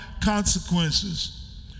consequences